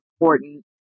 important